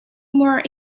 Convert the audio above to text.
more